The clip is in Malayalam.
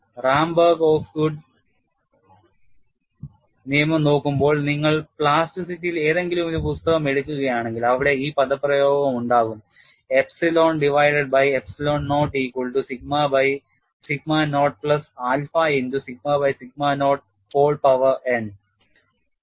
റാംബെർഗ് ഓസ്ഗൂഡ് നിയമം നോക്കുമ്പോൾ നിങ്ങൾ പ്ലാസ്റ്റിറ്റിയിൽ ഏതെങ്കിലും പുസ്തകം എടുക്കുകയാണെങ്കിൽ അവിടെ ഈ പദപ്രയോഗം ഉണ്ടാകും epsilon divided by epsilon naught equal to sigma by sigma naught plus alpha into sigma by sigma naught whole power n